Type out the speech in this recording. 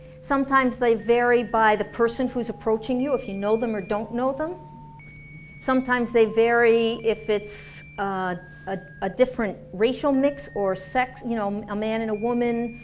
sometimes they vary by the person who's approaching you, if you know them or don't know them sometimes they vary if it's ah a different racial mix or sex. you know, a man and a woman,